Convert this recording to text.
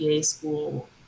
school